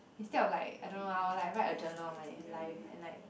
instead of like I don't know I will like write a journal of my life and like